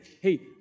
hey